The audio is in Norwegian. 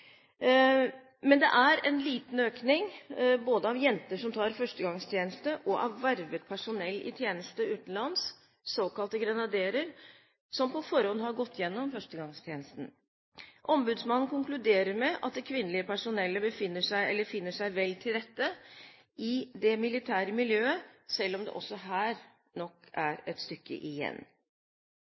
Men det er en liten økning både av jenter som tar førstegangstjeneste, og av vervet personell i tjeneste utenlands, såkalte grenaderer, som på forhånd har gått gjennom førstegangstjenesten. Ombudsmannen konkluderer med at det kvinnelige personellet finner seg vel til rette i det militære miljøet, selv om det også her nok er et stykke igjen.